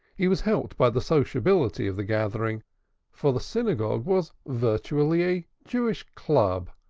he was helped by the sociability of the gathering for the synagogue was virtually a jewish club,